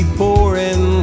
pouring